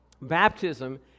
baptism